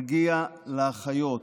מגיע לאחיות,